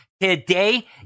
Today